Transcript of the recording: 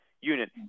unit